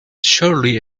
surely